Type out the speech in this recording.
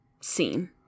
scene